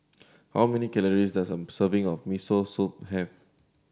how many calories does a serving of Miso Soup have